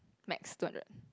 max two hundred